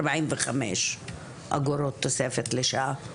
ארבעים וחמש אגורות תוספת לשעה.